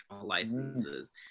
licenses